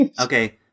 Okay